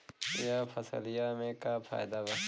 यह फसलिया में का फायदा बा?